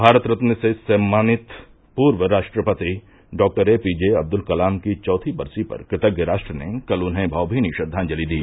मारत रत्न से सम्मानित पूर्व राष्ट्रपति डॉ A P J Abdul Kalam की चौथी बरसी पर कृतज्ञ राष्ट्र ने कल उन्हें भावमीनी श्रद्वांजलि दी